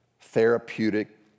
therapeutic